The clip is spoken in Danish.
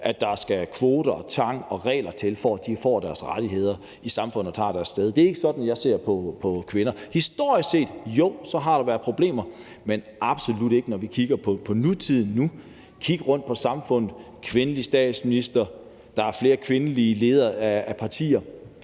at der skal kvoter, tvang og regler til, for at de får deres rettigheder i samfundet og indtager deres sted. Det er ikke sådan, jeg ser på kvinder. Historisk set, jo, så har der været problemer, men absolut ikke, når vi kigger på nutiden. Kig rundt i samfundet: kvindelig statsminister, flere kvindelige ledere af partier,